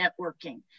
networking